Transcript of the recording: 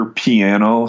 piano